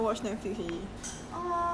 the mister shelby that [one]